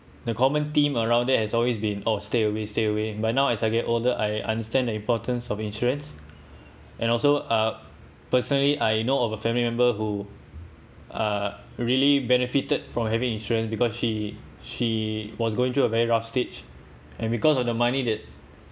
the common theme around there has always been oh stay away stay away but now as I get older I understand the importance of insurance and also uh personally I know of a family member who are really benefited from having insurance because she she was going through a very rough stage and because of the money that